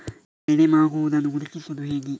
ಬೆಳೆ ಮಾಗುವುದನ್ನು ಗುರುತಿಸುವುದು ಹೇಗೆ?